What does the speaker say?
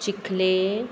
चिखले